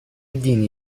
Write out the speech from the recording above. دینی